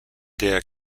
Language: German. der